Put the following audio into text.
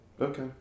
Okay